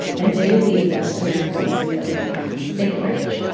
and they will be the best americans that we could have. thank you very much.